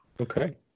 Okay